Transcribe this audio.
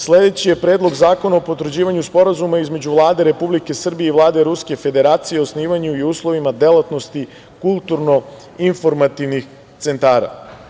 Sledeći je Predlog zakona o potvrđivanju Sporazuma između Vlade Republike Srbije i Vlade Ruske Federacije o osnivanju i uslovima delatnosti kulturno-informativnih centara.